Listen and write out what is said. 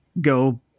go